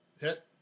Hit